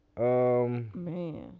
Man